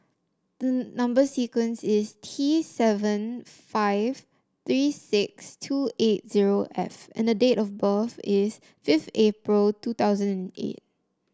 the number sequence is T seven five three six two eight zero F and the date of birth is fifth April two thousand eight